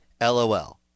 LOL